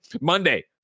Monday